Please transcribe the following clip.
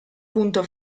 punto